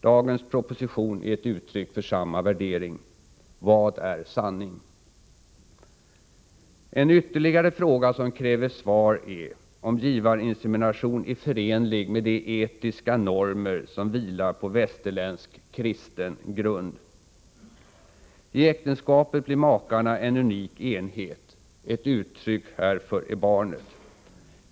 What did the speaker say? — Dagens proposition är ett uttryck för samma värdering. Vad är sanning? En ytterligare fråga som kräver svar är, om givarinsemination är förenlig med de etiska normer som vilar på västerländsk kristen grund. I äktenskapet blir makarna en unik enhet. Ett uttryck härför är barnet.